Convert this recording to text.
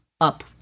up